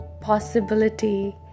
possibility